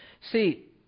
See